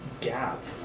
gap